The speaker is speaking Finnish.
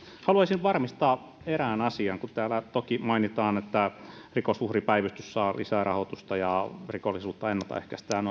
haluaisin varmistaa erään asian täällä toki mainitaan että rikosuhripäivystys saa lisärahoitusta ja rikollisuutta ennaltaehkäistään